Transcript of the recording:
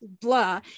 blah